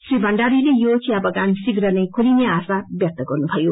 श्री भण्डारीले योचिया बगा शीघ्र नै खेलिने आशा व्यक्त गर्नुभयो